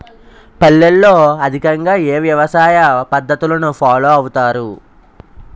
పల్లెల్లో అధికంగా ఏ వ్యవసాయ పద్ధతులను ఫాలో అవతారు?